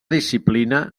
disciplina